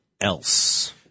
else